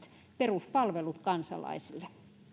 peruspalvelut kansalaisille